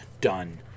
done